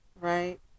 right